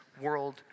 world